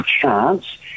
chance